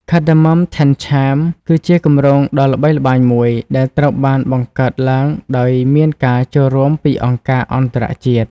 Cardamom Tented Camp គឺជាគម្រោងដ៏ល្បីល្បាញមួយដែលត្រូវបានបង្កើតឡើងដោយមានការចូលរួមពីអង្គការអន្តរជាតិ។